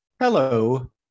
Hello